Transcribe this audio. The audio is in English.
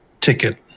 ticket